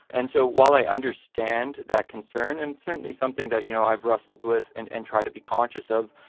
and so while i understand that concern and certainly something that, you know, i've wrestled with and and tried to be conscious of,